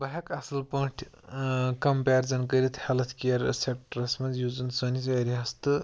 بہٕ ہیٚکہٕ اصٕل پٲٹھۍ ٲں کَمپیرِزَن کٔرِتھ ہیٚلٕتھ کِیَر سیٚکٹَرَس منٛز یُس زَن سٲنِس ایریاہَس تہٕ